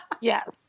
Yes